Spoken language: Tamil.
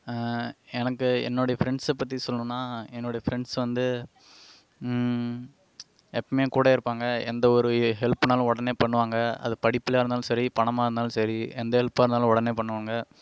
எனக்கு என்னுடைய ஃப்ரெண்ட்ஸு பற்றி சொல்லணுனா என்னோடய ஃப்ரெண்ட்ஸ் வந்து எப்பவுமே கூட இருப்பாங்க எந்தவொரு ஹெல்ப்னாலும் உடனே பண்ணுவாங்க அது படிப்பலையா இருந்தாலும் சரி பணமாக இருந்தாலும் சரி எந்த ஹெல்ப்பாக இருந்தாலும் உடனே பண்ணுவாங்க